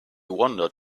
wandered